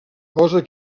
cosa